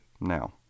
now